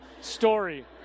story